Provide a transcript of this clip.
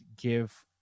give